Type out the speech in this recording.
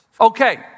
Okay